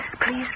please